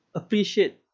appreciate